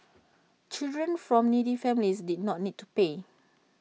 children from needy families did not need to pay